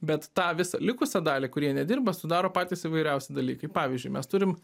bet tą visą likusią dalį kurie nedirba sudaro patys įvairiausi dalykai pavyzdžiui mes turim